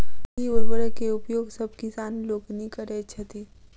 एहि उर्वरक के उपयोग सभ किसान लोकनि करैत छथि